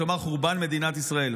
כלומר חורבן מדינת ישראל,